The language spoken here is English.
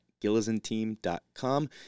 GillisonTeam.com